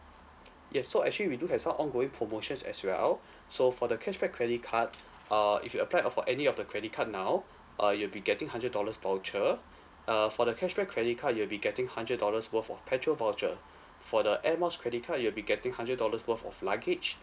yes so actually we do have some ongoing promotions as well so for the cashback credit card err if you apply uh for any of the credit card now uh you'll be getting hundred dollars voucher err for the cashback credit card you'll be getting hundred dollars worth of petrol voucher for the air miles credit card you'll be getting hundred dollars worth of luggage